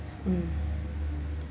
mm